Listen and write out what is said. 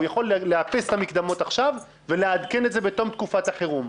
הוא יכול לאפס את המקדמות עכשיו ולעדכן את זה בתום תקופת החירום.